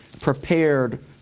prepared